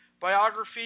biography